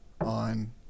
on